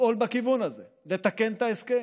לפעול בכיוון הזה, לתקן את ההסכם,